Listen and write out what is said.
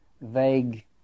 vague